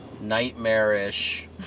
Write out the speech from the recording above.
nightmarish